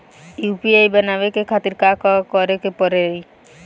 UPI बनावे के खातिर का करे के पड़ी?